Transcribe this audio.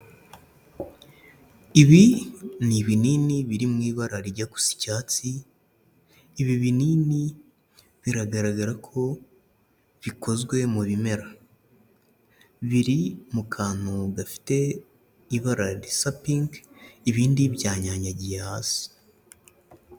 Ibi ni ibinini biri mu ibara rijya gusa icyatsi, ibi binini biragaragara ko bikozwe mu bimera, biri mu kantu gafite ibara risa pinki, ibindi byanyanyagiye hasi.